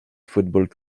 football